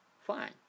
fine